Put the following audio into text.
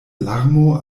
larmo